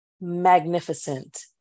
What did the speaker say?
magnificent